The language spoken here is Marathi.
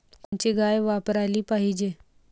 कोनची गाय वापराली पाहिजे?